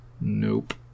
Nope